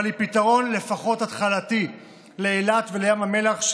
אבל היא פתרון לפחות התחלתי לאילת ולים המלח,